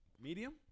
Medium